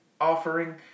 offering